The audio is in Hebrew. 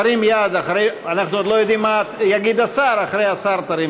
אז אנחנו מוסיפים את הקולות שלהם רק לפרוטוקול.